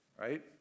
right